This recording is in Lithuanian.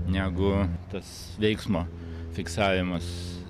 negu tas veiksmo fiksavimas